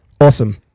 awesome